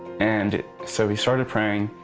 and so he started praying,